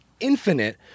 infinite